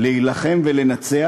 להילחם ולנצח,